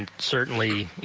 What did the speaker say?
and certainly,